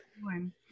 one